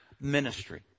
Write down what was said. ministry